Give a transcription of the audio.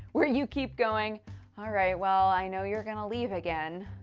where you keep going alright, well. i know you're gonna leave again.